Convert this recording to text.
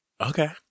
Okay